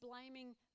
blaming